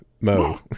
Mo